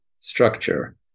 structure